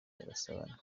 barasabana